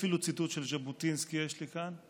אפילו ציטוט של ז'בוטינסקי יש לי כאן,